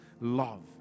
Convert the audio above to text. love